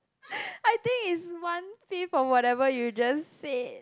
I think it's one fifth of whatever you just said